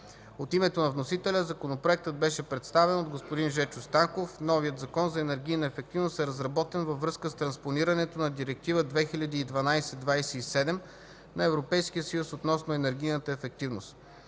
От името на вносителя законопроектът беше представен от господин Жечо Станков. Новият Закон за енергийна ефективност е разработен във връзка с транспонирането на Директива 2012/27 на Европейския съюз относно енергийната ефективност.